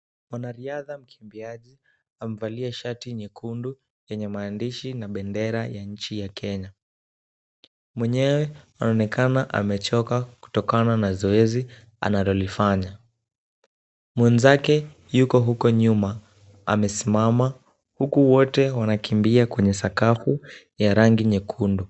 Mwanariadha mkimbiaji mevalia shati nyekundu yenye maandishi na bendera ya Kenya. Mwenyewe anaonekana amechoka kutokana na zoezi analolifanya. Mwenzake yuko huko nyuma amesimama huku wote wanakimbia kwenye sakafu ya rangi nyekundu.